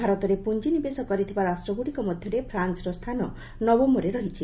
ଭାରତରେ ପୁଞ୍ଜି ନିବେଶ କରିଥିବା ରାଷ୍ଟ୍ରଗୁଡ଼ିକ ମଧ୍ୟରେ ଫ୍ରାନ୍କର ସ୍ଥାନ ନବମରେ ରହିଛି